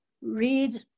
read